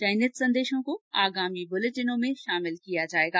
चयनित संदेशों को आगामी बुलेटिनों में शामिल किया जाएगा